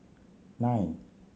nine